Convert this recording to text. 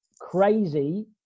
crazy